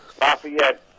Lafayette